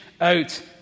out